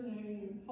name